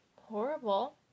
horrible